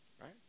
right